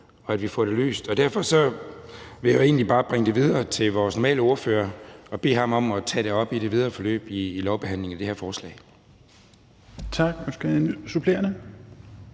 og at vi får det løst. Derfor vil jeg egentlig bare bringe det videre til vores normale ordfører og bede ham om at tage det op i det videre forløb i lovbehandlingen af det her forslag.